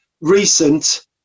recent